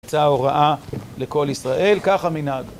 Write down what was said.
יצאה ההוראה לכל ישראל, ככה מנהג.